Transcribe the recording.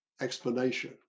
explanation